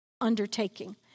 undertaking